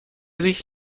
sich